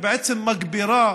ובעצם מגבירה